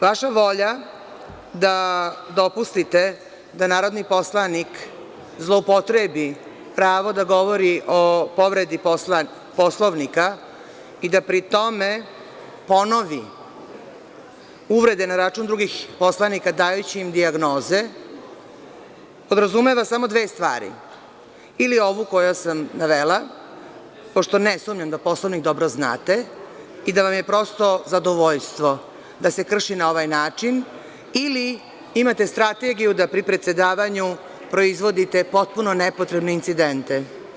Vaša volja da dopustite da narodni poslanik zloupotrebi pravo da govori o povredi Poslovnika i da pri tome ponovi uvrede na račun drugih poslanika, dajući im dijagnoze, podrazumeva samo dve stvari, ili ovu koju sam navela, pošto ne sumnjam da Poslovnik dobro znate i da vam je prosto zadovoljstvo da se krši na ovaj način ili imate strategiju da pri predsedavanju proizvodite potpuno nepotrebne incidente.